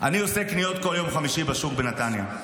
אני עושה קניות כל יום חמישי בשוק בנתניה,